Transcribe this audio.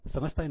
समजतंय ना